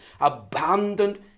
abandoned